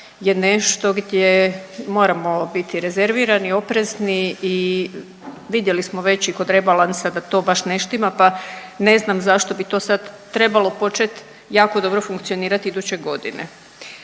je nešto gdje moramo biti rezervirani i oprezni i vidjeli smo već i kod rebalansa da to baš ne štima, pa ne znam zašto bi to sad trebalo počet jako dobro funkcionirat iduće godine.